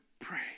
pray